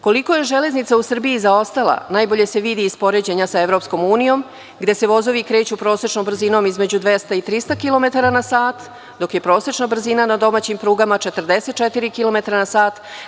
Koliko je železnica u Srbiji zaostala najbolje se vidi iz poređenja sa EU, gde se vozovi kreću prosečnom brzinom između 200 i 300 kilometara na sat, dok je prosečna brzina na domaćim prugama 44 kilometra na sat.